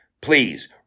please